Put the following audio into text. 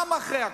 גם אחרי הכול,